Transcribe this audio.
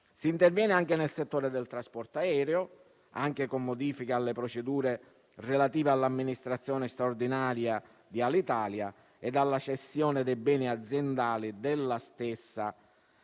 Si interviene nel settore del trasporto aereo, anche con modifiche alle procedure relative all'amministrazione straordinaria di Alitalia e alla cessione dei beni aziendali della stessa,